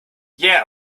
yeah